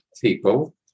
people